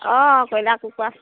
অঁ কইলাৰ কুকৰা